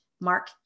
Mark